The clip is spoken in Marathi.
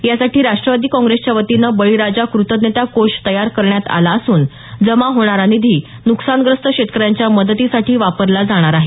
यासाठी राष्ट्रवादी काँग्रेसच्या वतीनं बळीराजा कृतज्ञता कोष तयार करण्यात आला असून जमा होणारा निधी नुकसानग्रस्त शेतकऱ्यांच्या मदतीसाठी वापरला जाणार आहे